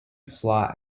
slot